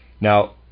Now